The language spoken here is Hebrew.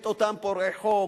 את אותם פורעי חוק,